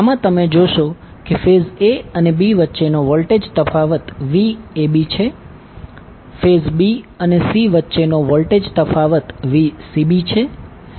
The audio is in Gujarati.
આમાં તમે જોશો કે ફેઝ a અને b વચ્ચેનો વોલ્ટેજ તફાવત Vab છે ફેઝ b અને c વચ્ચેનો વોલ્ટેજ તફાવત Vcb છે